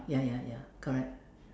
ya ya ya correct